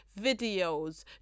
videos